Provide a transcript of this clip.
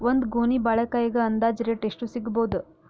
ಒಂದ್ ಗೊನಿ ಬಾಳೆಕಾಯಿಗ ಅಂದಾಜ ರೇಟ್ ಎಷ್ಟು ಸಿಗಬೋದ?